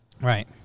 Right